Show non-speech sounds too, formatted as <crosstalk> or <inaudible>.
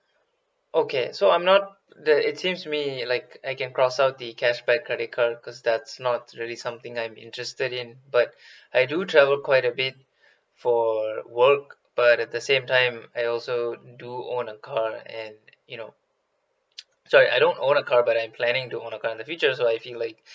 okay so I'm not the it seems me like I can cross out the cashback credit card cause that's not really something I am interested in but I do travel quite a bit for work but at the same time I also do own a car and you know <noise> sorry I don't own a car but I'm planning to own the car in the future so I feel like